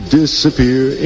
disappear